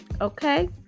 okay